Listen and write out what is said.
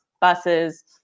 buses